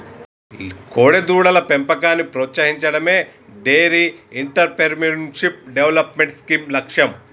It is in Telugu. కోడెదూడల పెంపకాన్ని ప్రోత్సహించడమే డెయిరీ ఎంటర్ప్రెన్యూర్షిప్ డెవలప్మెంట్ స్కీమ్ లక్ష్యం